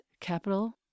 capital